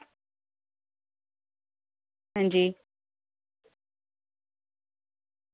अंजी